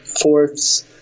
fourths